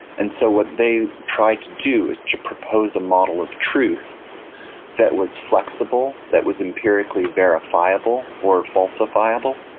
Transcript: and so what they tried to do is to propose a model of truth that was flexible, that was empirically verifiable or falsifiable,